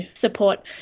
support